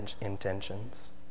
intentions